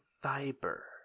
fiber